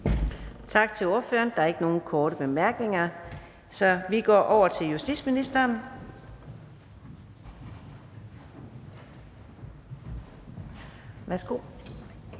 Tak til ordføreren. Der er ikke nogen korte bemærkninger, så vi går over til justitsministeren.